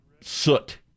soot